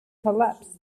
collapsed